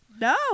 No